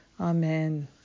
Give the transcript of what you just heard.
Amen